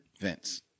Vince